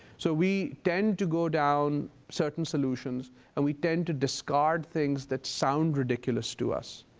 so we tend to go down certain solutions and we tend to discard things that sound ridiculous to us.